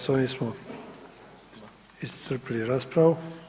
Sa ovim smo iscrpili raspravu.